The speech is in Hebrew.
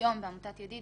שהיום בעמותת ידיד